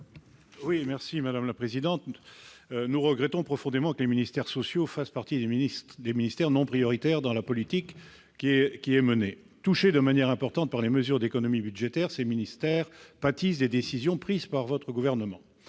Tourenne. Madame la ministre, nous regrettons profondément que les ministères sociaux fassent partie des ministères non prioritaires dans la politique actuellement menée. Touchés de manière importante par les mesures d'économies budgétaires, ces ministères pâtissent des décisions prises par votre gouvernement.